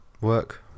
work